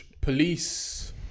Police